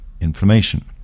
inflammation